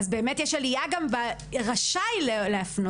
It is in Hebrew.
אז באמת יש עלייה גם ב"רשאי להפנות"?